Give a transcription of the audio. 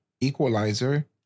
Equalizer